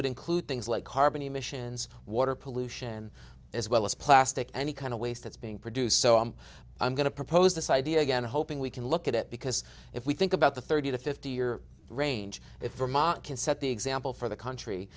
would include things like carbon emissions water pollution as well as plastic any kind of waste that's being produced so i am i'm going to propose this idea again hoping we can look at it because if we think about the thirty to fifty year range if vermont can set the example for the country